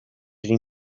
egin